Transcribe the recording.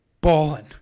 balling